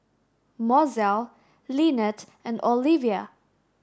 Mozell Lynnette and Oliva